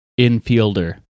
infielder